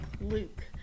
Luke